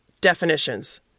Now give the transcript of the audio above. definitions